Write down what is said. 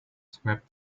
swept